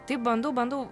taip bandau bandau